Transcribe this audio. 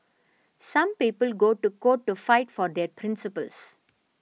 some people go to court to fight for their principles